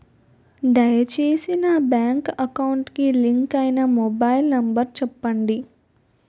దయచేసి నా bank account కి లింక్ అయినా మొబైల్ నంబర్ చెప్పండి